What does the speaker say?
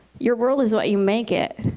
your world is what you make it.